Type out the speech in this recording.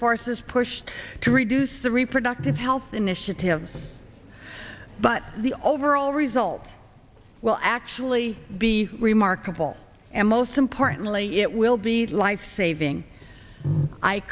forces pushed to reduce the reproductive health initiatives but the overall result will actually be remarkable and most importantly it will be lifesaving